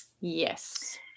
Yes